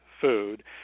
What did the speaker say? food